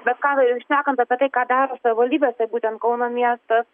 be ką šnekant apie tai ką daro savivaldybės tai būtent kauno miestas